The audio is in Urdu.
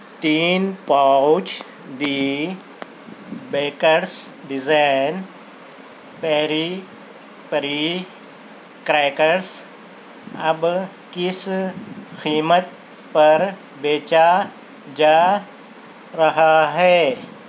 تین pouch the bakers dozen peri peri crackers اب کس قیمت پر بیچا جا رہا ہے